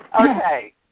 Okay